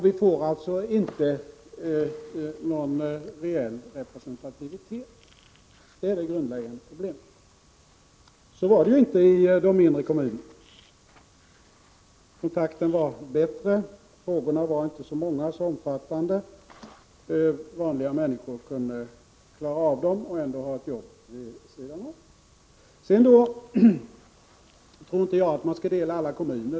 Vi får alltså inte någon reell representativitet — det är det grundläggande problemet. Så var det inte i de mindre kommunerna. Kontakten var bättre, frågorna var inte så många och så omfattande, vanliga människor kunde klara av att handlägga dem och ändå ha ett jobb vid sidan om. Jag tror inte att man skall dela alla kommuner.